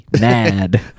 mad